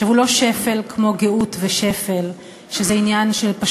עכשיו, הוא לא שפל כמו גאות ושפל, שזה פשוט